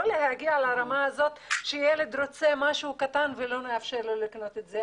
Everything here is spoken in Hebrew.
לא להגיע לרמה הזאת שילד רוצה משהו קטן ולא נאפשר לו לקנות את זה.